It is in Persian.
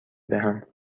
دهم